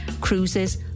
cruises